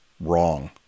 Wrong